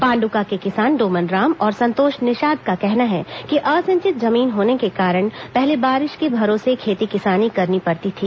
पांडुका के किसान डोमन राम और संतोष निषाद का कहना है कि असिंचित जमीन होने के कारण पहले बारिश के भरोसे खेती किसानी करनी पड़ती थी